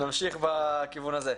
נמשיך בכיוון הזה.